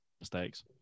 mistakes